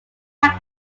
tag